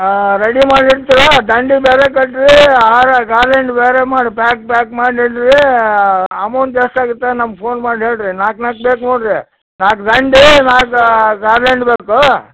ಹಾಂ ರೆಡಿ ಮಾಡಿ ಇಟ್ಟಿರಿ ದಂಡಿಗೆ ಬೇರೆ ಕಟ್ಟಿರಿ ಹಾರ ಗಾರ್ಲ್ಯಾಂಡ್ ಬೇರೆ ಮಾಡಿ ಪ್ಯಾಕ್ ಪ್ಯಾಕ್ ಮಾಡಿ ಇಡಿರೀ ಅಮೌಂಟ್ ಎಷ್ಟಾಗತ್ತೆ ನಮ್ಗೆ ಫೋನ್ ಮಾಡಿ ಹೇಳಿರಿ ನಾಲ್ಕು ನಾಲ್ಕು ಬೇಕು ನೋಡಿರಿ ನಾಲ್ಕು ದಂಡೆ ನಾಲ್ಕು ಗಾರ್ಲ್ಯಾಂಡ್ ಬೇಕು